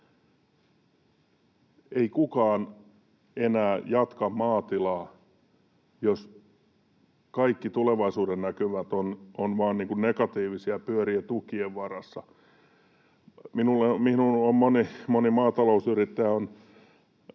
Ei kukaan enää jatka maatilaa, jos kaikki tulevaisuudennäkymät ovat vain negatiivisia ja pyörivät tukien varassa. Moni maatalousyrittäjä on